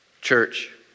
Church